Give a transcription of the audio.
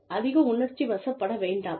அதிக உணர்ச்சிவசப்பட வேண்டாம்